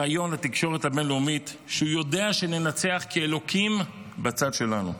בריאיון לתקשורת הבין-לאומית שהוא יודע שננצח כי אלוקים בצד שלנו.